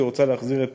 והיא רוצה להחזיר את